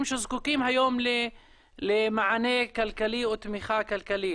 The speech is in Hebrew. שזקוקים היום למענה כלכלי או תמיכה כלכלית.